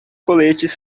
coletes